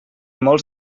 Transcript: molts